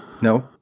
No